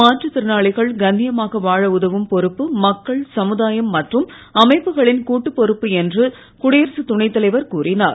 மாற்றுத்திறனாளிகள் கண்ணியமாக வாழ உதவும் பொறுப்பு மக்கள் சமுதாயம் மற்றும் அமைப்புகளின் கூட்டுப்பொறுப்பு என்று குடியரசுத் துணைத்தலைவர் கூறினார்